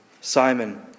Simon